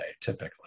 typically